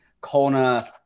Kona